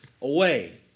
away